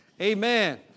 Amen